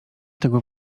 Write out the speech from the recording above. tego